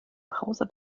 browser